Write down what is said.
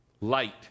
light